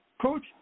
Coach